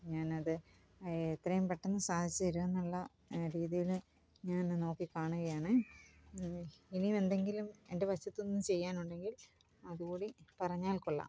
ഞാനത് എത്രയും പെട്ടന്ന് സാധിച്ച തരുമെന്നുള്ള എന്ന രീതിയിൽ ഞാൻ നോക്കിക്കാണുകയാണ് ഇനിയും എന്തെങ്കിലും എൻ്റെ വശത്തുനിന്നു ചെയ്യാനുണ്ടെങ്കിൽ അതുകൂടി പറഞ്ഞാൽ കൊള്ളാം